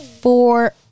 four